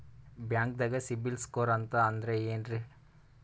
ಬ್ಯಾಂಕ್ದಾಗ CIBIL score ಅಂತ ಅಂದ್ರೆ ಏನ್ರೀ?